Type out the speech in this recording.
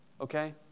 Okay